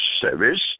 service